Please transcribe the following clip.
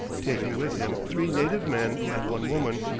taking with him three native men and one woman,